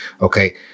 okay